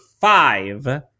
five